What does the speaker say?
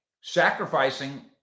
sacrificing